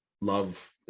love